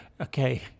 okay